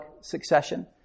succession